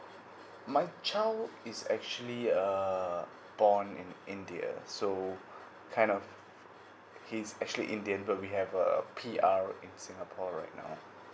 my child is actually err born in india so kind of he's actually indian but we have a P_R in singapore right now